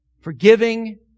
forgiving